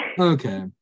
Okay